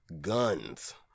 guns